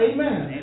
Amen